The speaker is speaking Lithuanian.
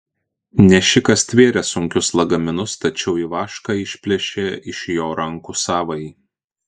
nešikas stvėrė sunkius lagaminus tačiau ivaška išplėšė iš jo rankų savąjį